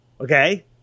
Okay